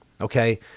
Okay